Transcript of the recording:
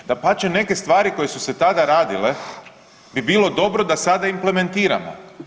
Dapače, neke stvari koje su se tada radile bi bilo dobro da sada implementiramo.